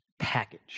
package